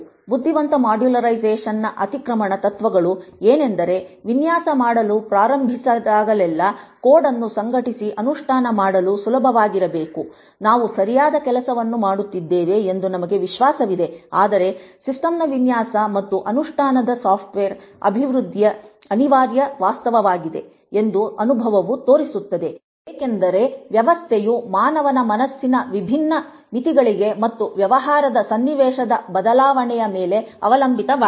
ಬುದ್ಧಿವಂತ ಮಾಡ್ಯುಲರೈಸೇಶನ್ನ ಅತಿಕ್ರಮಣ ತತ್ವಗಳು ಏನೆಂದರೆ ವಿನ್ಯಾಸ ಮಾಡಲು ಪ್ರಾರಂಭಿಸಿದಾಗಲೆಲ್ಲಲ್ಲಾ ಕೋಡ್ಅನ್ನು ಸಂಘಟಿ ಅನುಷ್ಠಾನ ಮಾಡಲು ಸುಲಭವಾಗಿರಬೇಕುನಾವು ಸರಿಯಾದ ಕೆಲಸವನ್ನು ಮಾಡುತ್ತಿದ್ದೇವೆ ಎಂದು ನಮಗೆ ವಿಶ್ವಾಸವಿದೆ ಆದರೆ ಸಿಸ್ಟಮ್ ವಿನ್ಯಾಸ ಮತ್ತು ಅನುಷ್ಠಾನದ ಸಾಫ್ಟ್ವೇರ್ ಅಭಿವೃದ್ಧಿಯ ಅನಿವಾರ್ಯ ವಾಸ್ತವವಾಗಿದೆ ಎಂದು ಅನುಭವವು ತೋರಿಸುತ್ತದೆ ಏಕೆಂದರೆ ವ್ಯವಸ್ಥೆಯು ಮಾನವನ ಮನಸ್ಸಿನ ವಿಭಿನ್ನ ಮಿತಿಗಳಿಗೆ ಮತ್ತು ವ್ಯವಹಾರದ ಸನ್ನಿವೇಶದ ಬದಲಾವಣೆಯ ಮೇಲೆ ಅವಲಂಬಿತವಾಗಿದೆ